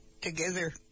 together